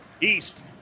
East